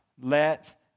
let